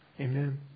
Amen